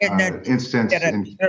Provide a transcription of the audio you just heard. instance